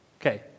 Okay